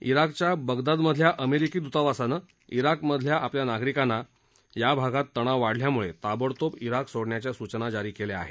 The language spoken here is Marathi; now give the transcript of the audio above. इराकच्या बगदादमधल्या अमेरीका दूतावासानं इराकमधल्या आपल्या नागरिकांना या भागात तणाव वाढल्यानं ताबडतोब इराक सोडण्याच्या सूचना जारी केल्या आहेत